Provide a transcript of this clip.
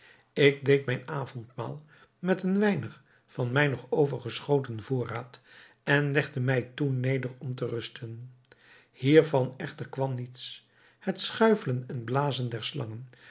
ik deed mijn avondmaal met een weinig van mijn nog overgeschoten voorraad en legde mij toen neder om te rusten hiervan echter kwam niets het schuifelen en blazen der slangen